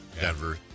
Denver